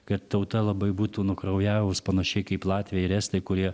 kad tauta labai būtų nukraujavus panašiai kaip latviai ir estai kurie